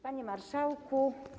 Panie Marszałku!